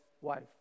wife